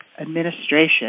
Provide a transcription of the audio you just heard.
Administration